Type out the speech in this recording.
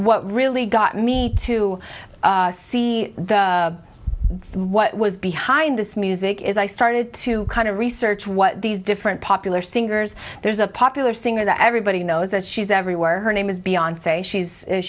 what really got me to see what was behind this music is i started to kind of research what these different popular singers there's a popular singer that everybody knows that she's everywhere her name is beyond say she's